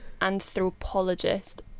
anthropologist